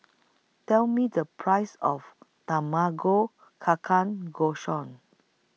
Tell Me The Price of Tamago Ka Can Go